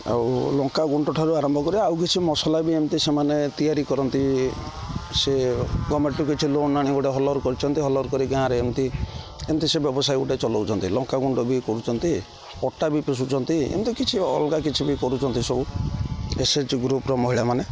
ଆଉ ଲଙ୍କା ଗୁଣ୍ଡଠାରୁ ଆରମ୍ଭ କରି ଆଉ କିଛି ମସଲା ବି ଏମିତି ସେମାନେ ତିଆରି କରନ୍ତି ସେ ଗଭର୍ଣ୍ଣମେଣ୍ଟ୍ରୁ କିଛି ଲୋନ୍ ଆଣି ଗୋଟେ ହଲର୍ କରିଛନ୍ତି ହଲର୍ କରିିକି ଗାଁରେ ଏମିତି ଏମିତି ସେ ବ୍ୟବସାୟ ଗୋଟେ ଚଲାଉଛନ୍ତି ଲଙ୍କା ଗୁଣ୍ଡ ବି କରୁଛନ୍ତି ଅଟା ବି ପେଷୁଛନ୍ତି ଏମିତି କିଛି ଅଲଗା କିଛି ବି କରୁଛନ୍ତି ସବୁ ଏସ୍ ଏଚ୍ ଜି ଗ୍ରୁପ୍ର ମହିଳାମାନେ